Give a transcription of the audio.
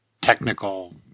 technical